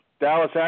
Dallas